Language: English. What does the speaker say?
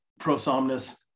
Prosomnus